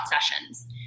sessions